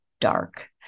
dark